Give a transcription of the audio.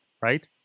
right